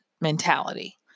mentality